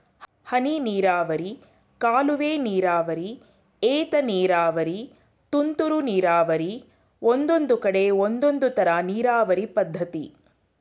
ಹನಿನೀರಾವರಿ ಕಾಲುವೆನೀರಾವರಿ ಏತನೀರಾವರಿ ತುಂತುರು ನೀರಾವರಿ ಒಂದೊಂದ್ಕಡೆ ಒಂದೊಂದ್ತರ ನೀರಾವರಿ ಪದ್ಧತಿ